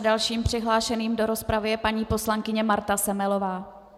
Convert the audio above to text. Dalším přihlášeným do rozpravy je paní poslankyně Marta Semelová.